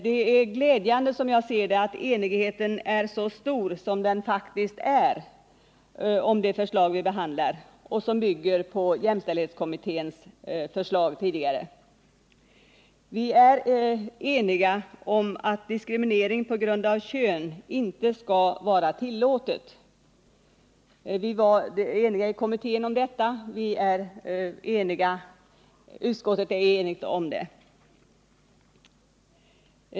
Det är glädjande att kunna konstatera att enigheten är så stor som den faktiskt är om det förslag vi behandlar, vilket bygger på jämställdhetskommitténs förslag tidigare. Vi är eniga om att diskriminering på grund av kön inte skall vara tillåten. Vi var i kommittén eniga om detta och även utskottet är enigt om det.